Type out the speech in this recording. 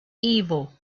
evil